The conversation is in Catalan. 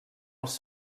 els